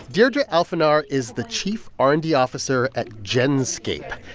deirdre alphenaar is the chief r and d officer at genscape.